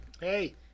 Hey